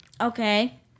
okay